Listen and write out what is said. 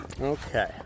Okay